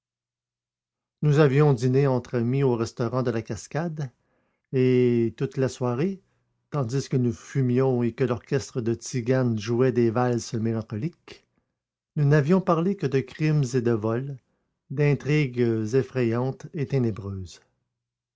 nous avions dîné entre amis au restaurant de la cascade et toute la soirée tandis que nous fumions et que l'orchestre de tziganes jouait des valses mélancoliques nous n'avions parlé que de crimes et de vols d'intrigues effrayantes